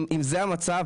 אם זה המצב,